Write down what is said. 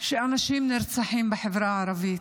שאנשים נרצחים בחברה הערבית.